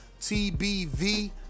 tbv